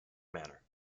manner